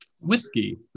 whiskey